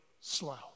slow